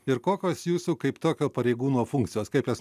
ir kokios jūsų kaip tokio pareigūno funkcijos kaip jas